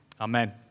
amen